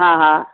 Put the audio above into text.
हा हा